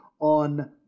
on